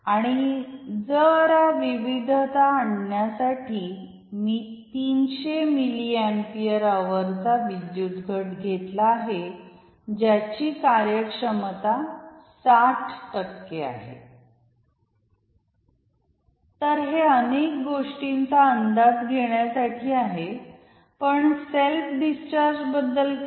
आणि जरा विविधता आणण्यासाठी मी 300 मिली एंपियर अवर चा विद्युत घट घेतला ज्यांची कार्यक्षमता 60 टक्के आहे तर हे अनेक गोष्टींचा अंदाज घेण्यासाठी आहे पण सेल्फ डिस्चार्ज बद्दल काय